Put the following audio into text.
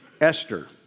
Esther